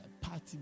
Party